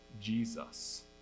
Jesus